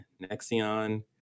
Nexion